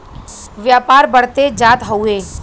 व्यापार बढ़ते जात हउवे